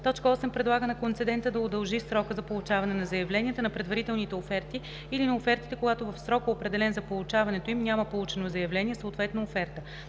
8. предлага на концедента да удължи срока за получаване на заявленията, на предварителните оферти или на офертите, когато в срока, определен за получаването им, няма получено заявление, съответно оферта;